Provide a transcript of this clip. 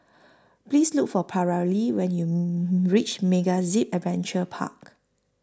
Please Look For Paralee when YOU REACH MegaZip Adventure Park